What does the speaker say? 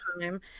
time